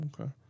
Okay